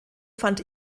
fand